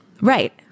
Right